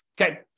Okay